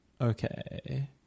Okay